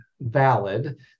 valid